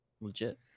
legit